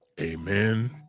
Amen